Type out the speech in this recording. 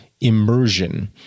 immersion